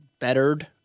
bettered